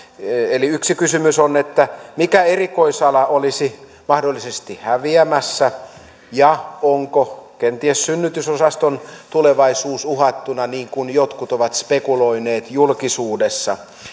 eli yksi kysymys on mikä erikoisala olisi mahdollisesti häviämässä ja onko kenties synnytysosaston tulevaisuus uhattuna niin kuin jotkut ovat spekuloineet julkisuudessa